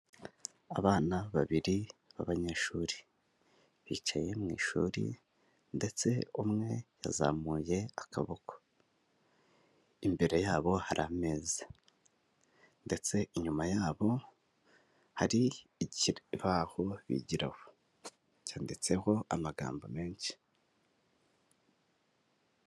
Abana babiri b'abanyeshuri bicaye mu ishuri ndetse umwe yazamuye akaboko, imbere yabo hari ameze ndetse inyuma yabo hari ikibaho bigiraho cyanditseho amagambo menshi.